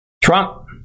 Trump